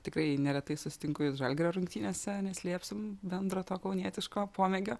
tikrai neretai sutinku jus žalgirio rungtynėse neslėpsim bendro to kaunietiško pomėgio